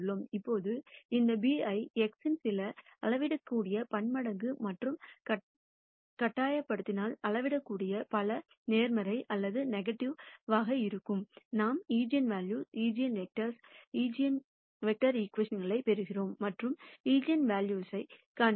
இப்போது இந்த b ஐ x இன் சில அளவிடக்கூடிய பன்மடங்கு என்று கட்டாயப்படுத்தினால் அளவிடக்கூடிய பல பொசிடிவிவாக அல்லது நெகட்டீவ்வாக இருக்கக்கூடும் நாம் ஈஜென்வெல்யூஸ் ஈஜென்வெக்டர் ஈகிவேஷன் பெறுகிறோம் மற்றும் ஈஜென்வெல்யூஸ்வைக் கணக்கிடுகிறோம்